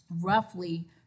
roughly